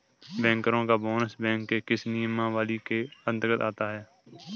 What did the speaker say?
बैंकरों का bonus bank के किस नियमावली के अंतर्गत आता है?